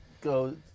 go